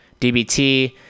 DBT